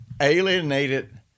alienated